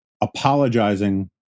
apologizing